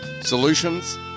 solutions